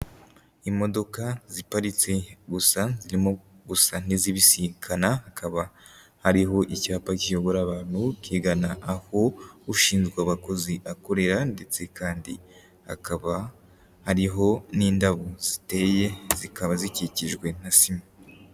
Imodoka ziparitse gusa zirimo gusa n'izibisikana, hakaba hariho icyapa kiyobora abantu kigana aho ushinzwe abakozi akorera ndetse kandi hakaba hari n'indabo ziteye, zikaba zikikijwe na sima.